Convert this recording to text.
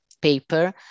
paper